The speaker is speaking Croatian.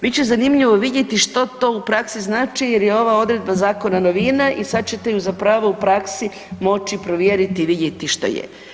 Bit će zanimljivo vidjeti što to u praksi znači, jer je ova odredba zakona novina i sada ćete ju zapravo u praksi moći provjeriti i vidjeti što je.